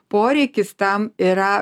poreikis tam yra